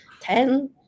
ten